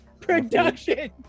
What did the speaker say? production